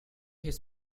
his